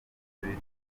bimeze